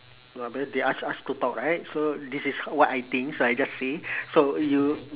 proba~ they ask us to talk right so this is what I think so I just say so you